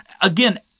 again